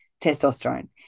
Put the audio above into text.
testosterone